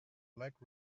black